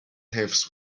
حفظ